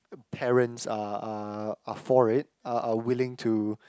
parents are are are for it are are willing to